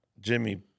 Jimmy